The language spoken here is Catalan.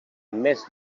més